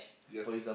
yes